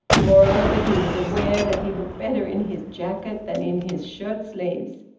moreover, he was aware that he looked better in his jacket than in his shirt-sleeves.